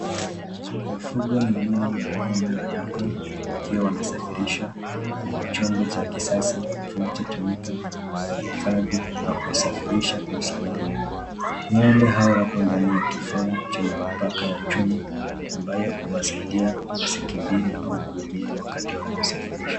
Mifugo miwili ya ng'ombe wadogo wakiwa wamesafirishwa kwenye chombo cha kisasa kinachotumika kuhifadhi na kusafirisha kwa usalama , ng'ombe hawa wako ndani ya kifaa chenye mipaka ya chuma ambayo huwasaidia wasikimbie au kuumia wakati wa kusafiri.